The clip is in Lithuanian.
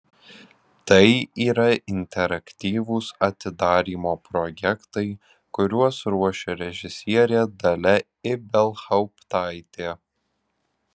tai yra interaktyvūs atidarymo projektai kuriuos ruošia režisierė dalia ibelhauptaitė